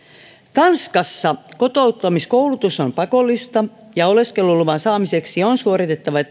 tanskassa kotouttamiskoulutus on pakollista ja oleskeluluvan saamiseksi on suoritettava